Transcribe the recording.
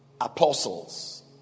apostles